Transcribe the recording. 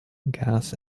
gas